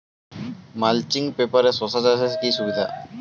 Mulching পেপারে শসা চাষের সুবিধা কি?